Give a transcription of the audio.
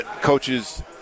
coaches